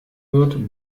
wird